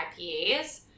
IPAs